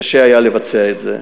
היה קשה לבצע את זה.